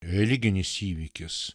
religinis įvykis